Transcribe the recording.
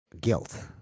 guilt